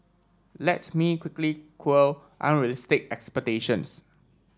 let's me quickly quell unrealistic expectations